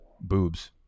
boobs